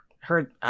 heard